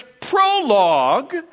prologue